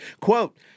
Quote